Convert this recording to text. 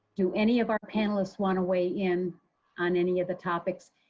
do any of our panelists want to weigh in on any of the topics?